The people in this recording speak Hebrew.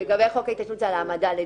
לגבי חוק ההתיישנות על העמדה לדין,